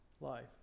life